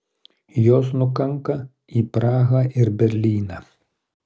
jos nukanka į prahą ir berlyną